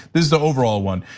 this is the overall one.